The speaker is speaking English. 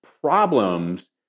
problems